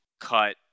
cut